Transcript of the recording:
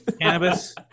cannabis